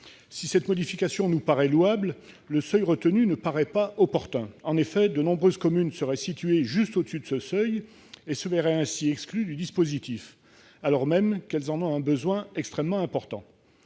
Si une telle modification est louable, le seuil retenu ne paraît pas opportun. En effet, de nombreuses communes dont la population est juste supérieure à ce seuil se verraient exclues du dispositif, alors même qu'elles en ont un besoin extrêmement important.